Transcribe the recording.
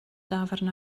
dafarn